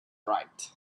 right